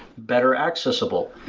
better accessible.